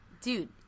Dude